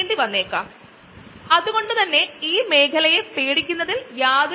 നിങ്ങൾ എല്ലാവരും തന്നെ ഇൻസുലിനെ പറ്റി കേട്ടിട്ടുണ്ടാകുമലോ